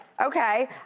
Okay